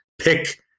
pick